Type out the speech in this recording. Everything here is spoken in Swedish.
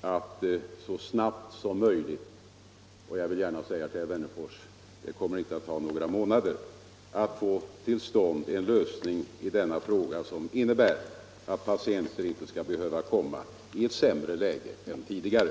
att så snabbt som möjligt — och jag vill gärna säga till herr Wennerfors att det kommer inte att ta månader — få till stånd en lösning i denna fråga som innebär att patienter inte skall behöva komma i ett sämre läge än tidigare.